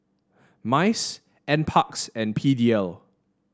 MICE NParks and P D L